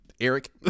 eric